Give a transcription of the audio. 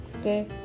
okay